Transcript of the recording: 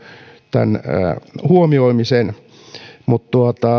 tämän huomioimisen mutta